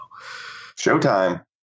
Showtime